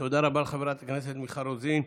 תודה רבה לחברת הכנסת מיכל רוזין.